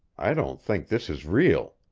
i don't think this is real.